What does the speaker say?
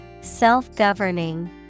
Self-governing